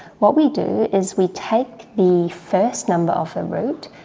what we do is we take the first number of the root,